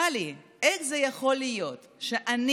טלי, איך זה יכול להיות שאני,